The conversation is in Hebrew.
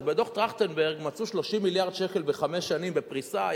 אז בדוח-טרכטנברג מצאו 30 מיליארד שקל בחמש שנים בפריסה,